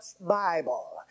Bible